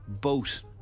Boat